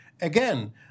again